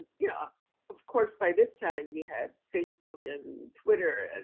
yeah of course, by this time we have facebook and twitter and